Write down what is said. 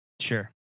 sure